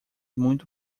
muito